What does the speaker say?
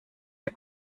wir